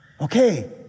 Okay